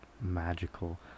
magical